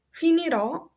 finirò